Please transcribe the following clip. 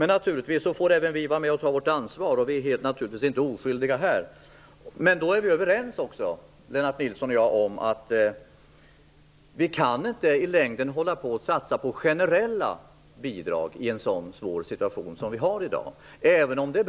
Naturligtvis får även vi kristdemokrater vara med och ta vårt ansvar - vi är förstås inte oskyldiga till detta. Lennart Nilsson och jag är således överens om att man inte i längden kan hålla på och satsa på generella bidrag i en så svår situation som vi i dag befinner oss i.